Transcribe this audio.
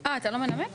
אה, אתה לא מנמק?